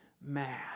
mad